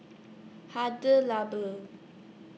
Hada Labo